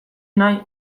nahi